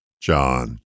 John